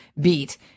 beat